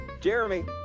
Jeremy